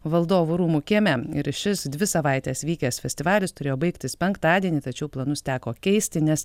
valdovų rūmų kieme ir šis dvi savaites vykęs festivalis turėjo baigtis penktadienį tačiau planus teko keisti nes